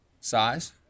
Size